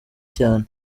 cyane